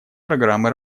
программы